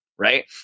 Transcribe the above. Right